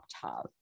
top